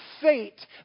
fate